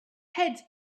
heads